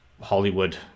Hollywood